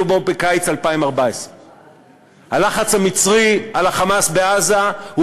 פה בקיץ 2014. הלחץ המצרי על ה"חמאס" בעזה הוא